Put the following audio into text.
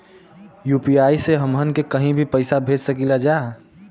UPI से हमहन के कहीं भी पैसा भेज सकीला जा?